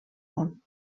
món